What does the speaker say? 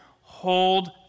hold